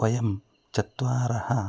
वयं चत्वारः